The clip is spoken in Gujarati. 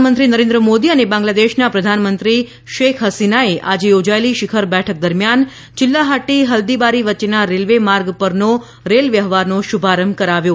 પ્રધાનમંત્રી નરેન્દ્ર મોદી અને બાંગ્લાદેશના પ્રધાનમંત્રી શેખ હસીનાએ આજે યોજાયેલી શિખર બેઠક દરમિયાન ચિલ્લાહાટી હલ્દીબારી વચ્ચેના રેલવે માર્ગ પરનો રેલ વ્યવહારનો શુભારંભ કરાવ્યો છે